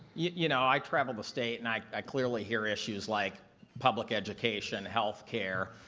yeah you know i travel the state and i i clearly hear issues like public education, healthcare.